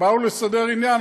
באו לסדר עניין,